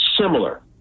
similar